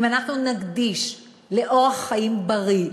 אם אנחנו נקדיש לאורח חיים בריא,